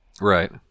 Right